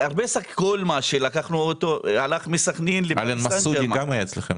קולמה שהלך מסכנין --- אלן מסודי גם היה אצלכם,